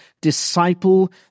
disciple